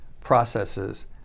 processes